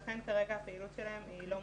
לכן כרגע הפעילות שלהם לא מותרת.